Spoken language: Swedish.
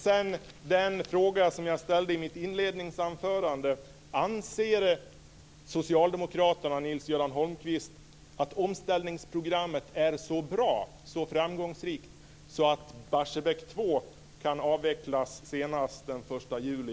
Jag frågade också i mitt inledningsanförande: Anser socialdemokraterna och Nils-Göran Holmqvist att omställningsprogrammet är så bra och så framgångsrikt att Barsebäck 2 kan avvecklas senast den 1 juli